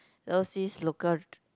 those see local d~